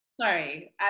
Sorry